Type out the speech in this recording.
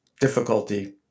difficulty